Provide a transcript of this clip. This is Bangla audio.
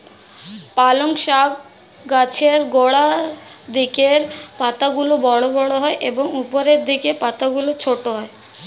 পালং শাক গাছের গোড়ার দিকের পাতাগুলো বড় বড় হয় এবং উপরের দিকের পাতাগুলো ছোট হয়